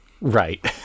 Right